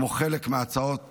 כמו חלק מהצעות